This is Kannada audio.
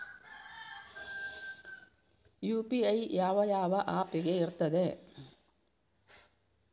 ಯು.ಪಿ.ಐ ಯಾವ ಯಾವ ಆಪ್ ಗೆ ಇರ್ತದೆ?